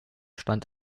stand